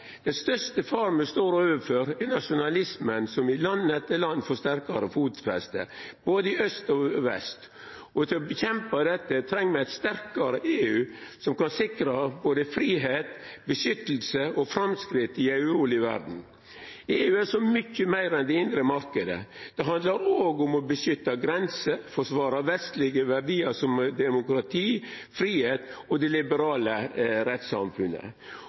Den største faren me står overfor, er nasjonalismen som i land etter land får sterkare fotfeste, både i aust og i vest. Til å kjempa mot dette treng me eit sterkare EU som kan sikra både fridom, vern og framsteg i ei urolig verd. EU er så mykje meir enn den indre marknaden. Det handlar òg om å beskytta grenser og å forsvara vestlege verdiar som demokrati, fridom og det liberale rettssamfunnet.